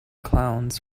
clowns